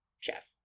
chef